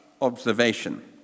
observation